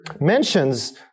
mentions